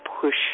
push